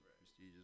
prestigious